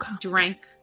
drank